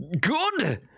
Good